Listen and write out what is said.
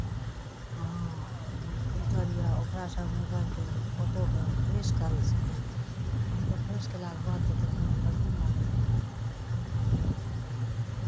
हँ आ ओ फिल्टर यए ओकरासँ मोबाइलके फोटोकेँ फ्रेश करै छै फोटो फ्रेश कयलाके बाद तऽ देखयमे बढ़िआँ लागैए फिल्टर जे होइए